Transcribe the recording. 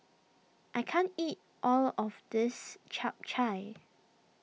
I can't eat all of this Chap Chai